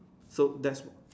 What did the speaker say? so that's